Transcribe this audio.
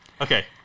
Okay